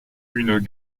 une